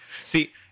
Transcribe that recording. see